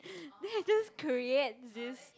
then I just create this